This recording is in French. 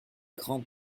grand